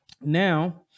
now